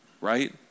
right